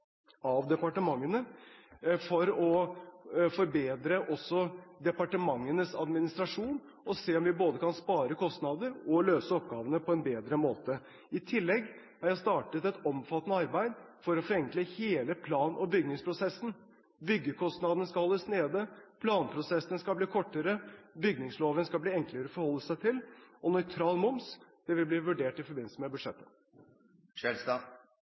av departementene for å forbedre også departementenes administrasjon, og ser om vi både kan spare kostnader og løse oppgavene på en bedre måte. I tillegg har jeg startet et omfattende arbeid for å forenkle hele plan- og bygningsprosessen. Byggekostnadene skal holdes nede, planprosessene skal bli kortere, bygningsloven skal bli enklere å forholde seg til. Og nøytral moms vil bli vurdert i forbindelse med